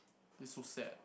this is so sad